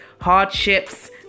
hardships